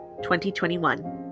2021